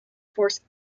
force